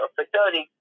facility